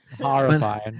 horrifying